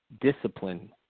discipline